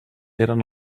eren